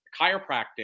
chiropractic